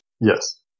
Yes